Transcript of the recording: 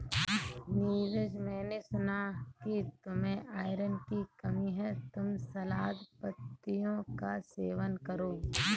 नीरज मैंने सुना कि तुम्हें आयरन की कमी है तुम सलाद पत्तियों का सेवन करो